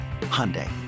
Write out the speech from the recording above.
Hyundai